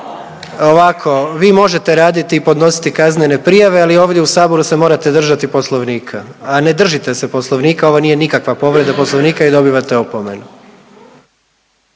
ovako, vi možete raditi i podnositi kaznene prijave, ali ovdje u Saboru se morate držati Poslovnika a ne držite se Poslovnika. Ovo nije nikakva povreda Poslovnika i dobivate opomenu.